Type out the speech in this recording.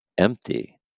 Empty